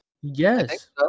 yes